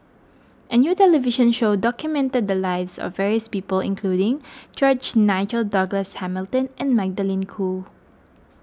a new television show documented the lives of various people including George Nigel Douglas Hamilton and Magdalene Khoo